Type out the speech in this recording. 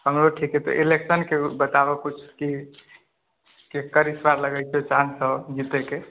हमरो ठीक तऽ इलेक्शन के बताबऽ किछु की केकर ईसबार लगै छै चाॅंस जीतै के